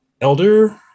Elder